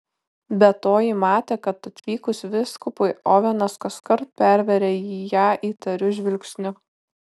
be to ji matė kad atvykus vyskupui ovenas kaskart perveria ją įtariu žvilgsniu